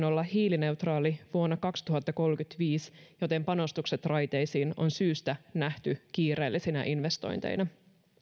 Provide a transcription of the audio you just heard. olla hiilineutraali vuonna kaksituhattakolmekymmentäviisi joten panostukset raiteisiin on syystä nähty kiireellisinä investointeina